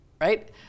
right